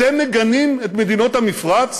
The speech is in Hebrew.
אתם מגנים את מדינות המפרץ